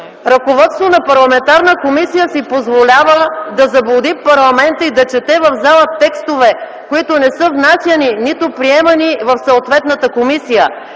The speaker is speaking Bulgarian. ръководство на парламентарна комисия си позволява да заблуди парламента и да чете в зала текстове, които не са внасяни, нито приемани в съответната комисия.